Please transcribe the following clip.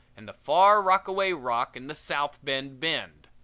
and the far rockaway rock and the south bend bend.